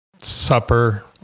supper